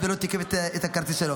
בסדר.